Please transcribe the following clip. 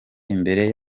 imbere